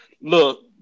Look